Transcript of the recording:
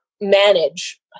manage